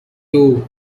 two